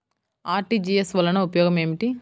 RTGS వలన ఉపయోగం ఏమిటీ?